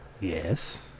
Yes